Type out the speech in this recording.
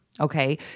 Okay